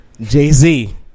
Jay-Z